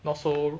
not so